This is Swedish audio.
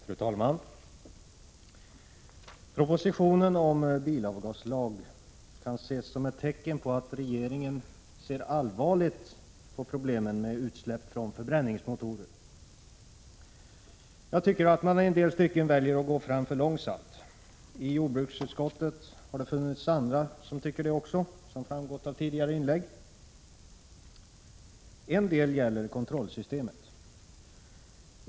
Fru talman! Propositionen om bilavgaslag kan ses som ett tecken på att regeringen ser allvarligt på problemen med utsläpp från förbränningsmotorer. Jag tycker att man i en del stycken väljer att gå för långsamt. I jordbruksutskottet har det funnits andra som tyckt det också, vilket framgått av tidigare inlägg. En del gäller kontrollsystemet.